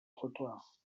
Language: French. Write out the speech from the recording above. trottoirs